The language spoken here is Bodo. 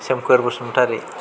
सोमखोर बसुमतारि